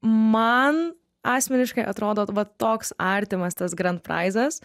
man asmeniškai atrodo va toks artimas tas grand praizas